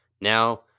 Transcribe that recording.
Now